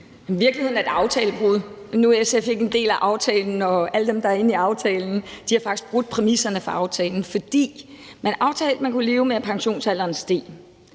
I virkeligheden er det et aftalebrud. Nu er SF ikke en del af aftalen, og alle dem, der er inde i aftalen, har faktisk brudt med præmisserne for aftalen. For man har aftalt, at man kunne leve med, at pensionsalderen steg,